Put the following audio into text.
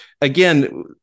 again